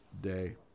day